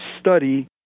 study